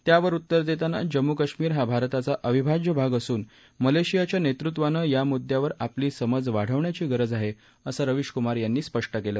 त्यावर उत्तर देताना जम्मू काश्मीर हा भारताचा अविभाज्य भाग असून मलेशियाच्या नेतृत्वानं या मुद्द्यावर आपली समज वाढवण्याची गरज आहे असं रविश कुमार यांनी स्पष्ट केलं